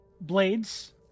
Blades